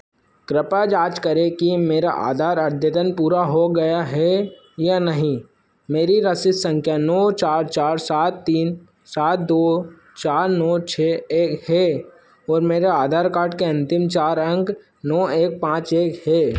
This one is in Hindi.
कृपया जाँच करें कि मेरा आधार अद्यतन पूरा हो गया है या नहीं मेरी रसीद संख्या नौ चार चार सात तीन सात दो चार छः एक है और मेरे आधार कार्ड के अंतिम चार अंक नौ एक पाँच एक है